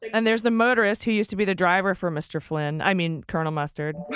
and there's the motorist who used to be the driver for mr. flynn, i mean colonel mustard,